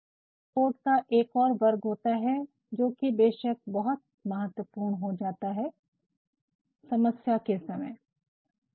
फिर रिपोर्ट का एक और वर्ग होता है जोकि बेशक बहुत महत्वपूर्ण हो जाता है समस्या के समय